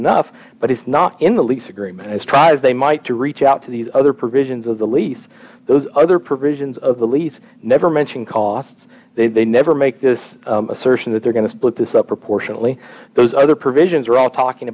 enough but it's not in the lease agreement as try as they might to reach out to these other provisions of the lease those other provisions of the lease never mention costs they never make this assertion that they're going to split this up proportionately those other provisions are all talking